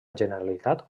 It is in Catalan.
generalitat